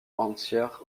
entière